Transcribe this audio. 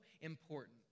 important